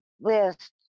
list